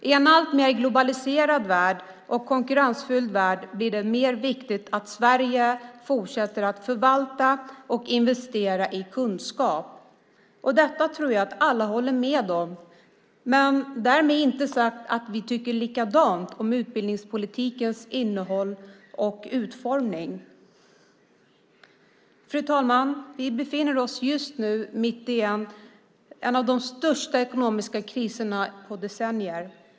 I en alltmer globaliserad och konkurrensfylld värld blir det alltmer viktigt att Sverige fortsätter att förvalta och investera i kunskap. Detta tror jag att alla håller med om, men därmed inte sagt att vi tycker likadant om utbildningspolitikens innehåll och utformning. Fru talman! Vi befinner oss just nu mitt i en av de största ekonomiska kriserna på decennier.